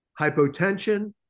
hypotension